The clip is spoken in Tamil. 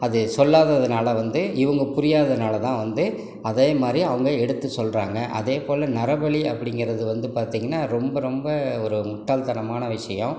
அது சொல்லாததுனால வந்து இவங்க புரியாததுனால தான் வந்து அதேமாதிரி அவங்க எடுத்து சொல்கிறாங்க அதேபோல நரபலி அப்படிங்கிறது வந்து பார்த்திங்கனா ரொம்ப ரொம்ப ஒரு முட்டாள்தனமான விஷயம்